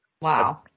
Wow